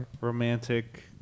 romantic